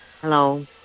Hello